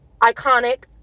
iconic